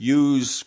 use